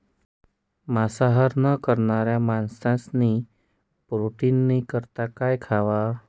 मांसाहार न करणारा माणशेस्नी प्रोटीननी करता काय खावा